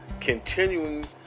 continuing